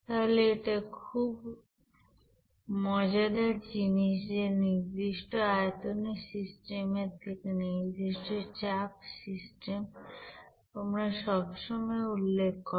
তাহলে এটা খুবমজাদার জিনিস যে নির্দিষ্ট আয়তনের সিস্টেমের থেকে নির্দিষ্ট চাপ সিস্টেম তোমরা সবসময় উল্লেখ করো